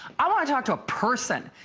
i want to talk to a person!